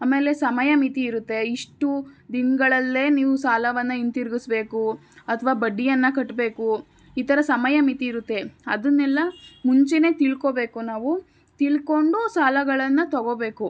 ಆಮೇಲೆ ಸಮಯ ಮಿತಿ ಇರುತ್ತೆ ಇಷ್ಟು ದಿನಗಳಲ್ಲೇ ನೀವು ಸಾಲವನ್ನು ಹಿಂತಿರುಗಿಸ್ಬೇಕು ಅಥವಾ ಬಡ್ಡಿಯನ್ನು ಕಟ್ಟಬೇಕು ಈ ಥರ ಸಮಯ ಮಿತಿ ಇರುತ್ತೆ ಅದನ್ನೆಲ್ಲ ಮುಂಚೆನೇ ತಿಳ್ಕೊಬೇಕು ನಾವು ತಿಳ್ಕೊಂಡು ಸಾಲಗಳನ್ನು ತಗೋಬೇಕು